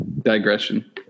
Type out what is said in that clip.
digression